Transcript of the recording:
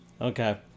Okay